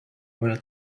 were